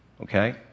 okay